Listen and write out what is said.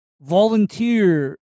volunteer